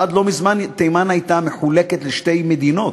עד לא מזמן תימן הייתה מחולקת לשתי מדינות.